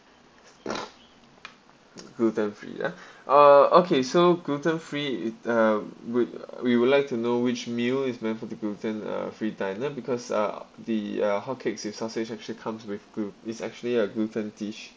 gluten free ah uh okay so gluten free it uh would we would like to know which meal is meant for the gluten uh free diner because uh the uh hotcakes and sausage actually comes with glu~ it's actually a gluten dish